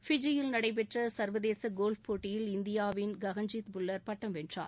ஃபிஜியில் நடைபெற்ற சா்வதேச கோல்ஃப் போட்டியில் இந்தியாவின் ககன்ஜீத் புல்லா் பட்டம் வென்றார்